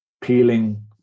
peeling